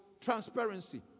transparency